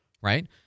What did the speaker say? right